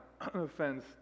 offense